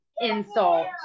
insult